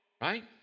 Right